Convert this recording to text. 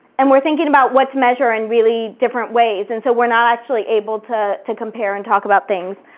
and we're thinking about what to measure in really different ways, and so we're not actually able to to compare and talk about things.